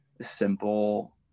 simple